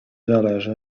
zależy